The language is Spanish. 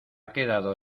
quedado